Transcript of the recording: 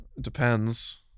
Depends